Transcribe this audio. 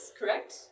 correct